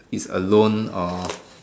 is alone or